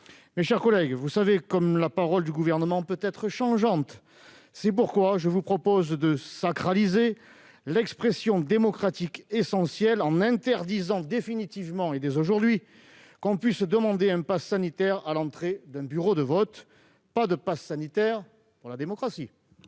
Mes chers collègues, vous savez comme la parole du Gouvernement peut être changeante ... Je vous propose donc de sacraliser l'expression démocratique essentielle, en interdisant définitivement, dès aujourd'hui, de demander la présentation d'un passe sanitaire à l'entrée d'un bureau de vote. Pas de passe sanitaire pour la démocratie